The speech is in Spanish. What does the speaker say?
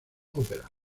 opera